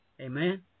Amen